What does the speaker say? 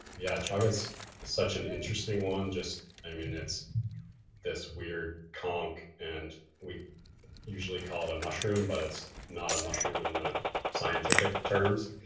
yeah, chaga is such an interesting one. just, i mean, it's this weird conk and we usually call it a mushroom, but it's not a mushroom in the scientific terms.